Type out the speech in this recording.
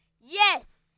Yes